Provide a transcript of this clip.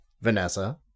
vanessa